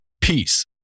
peace